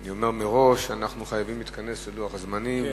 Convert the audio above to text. אני אומר מראש שאנחנו חייבים להתכנס ללוח הזמנים.